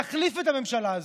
להחליף את הממשלה הזו.